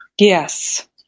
Yes